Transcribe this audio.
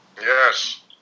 Yes